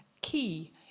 key